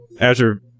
Azure –